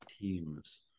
teams